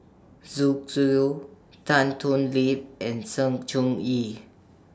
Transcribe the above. Zoo Zhu Tan Thoon Lip and Sng Choon Yee